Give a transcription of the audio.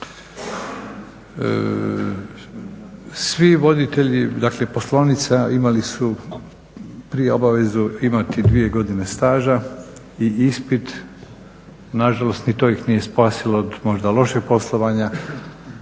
Svi voditelji poslovnica imali su prije obavezu imati dvije godine staža i ispit, nažalost ni to ih nije spasilo od možda lošeg poslovanja.